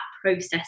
process